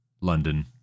London